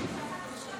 הצעות רציניות.